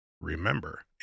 Remember